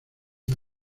una